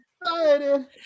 excited